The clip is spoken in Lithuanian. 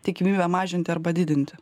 tikimybę mažinti arba didinti